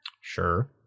Sure